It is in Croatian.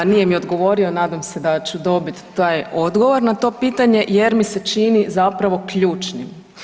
Nije mi odgovorio, nadam se da ću dobit taj odgovor na to pitanje jer mi se čini zapravo ključnim.